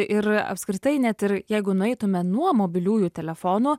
ir apskritai net ir jeigu nueitume nuo mobiliųjų telefonų